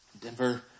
Denver